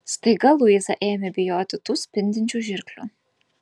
staiga luiza ėmė bijoti tų spindinčių žirklių